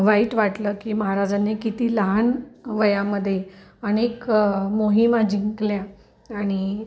वाईट वाटलं की महाराजांनी किती लहान वयामध्ये अनेक मोहीमा जिंकल्या आणि